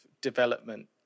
development